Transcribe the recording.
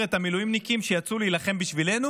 את המילואימניקים שיצאו להילחם בשבילנו,